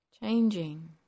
changing